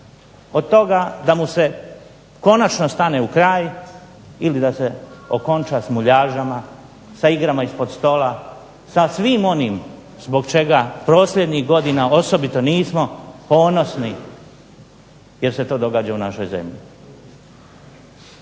od toga da mu se konačno stane u kraj ili da se okonča s muljažama, sa igrama ispod stola, sa svim onim zbog čega posljednjih godina osobito nismo ponosni jer se to događa u našoj zemlji.